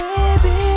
Baby